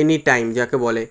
any time যাকে বলে